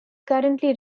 currently